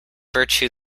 virtue